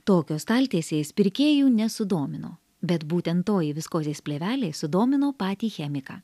tokios staltiesės pirkėjų nesudomino bet būtent toji viskozės plėvelė sudomino patį chemiką